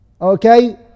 Okay